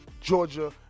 Georgia